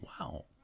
wow